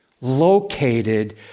located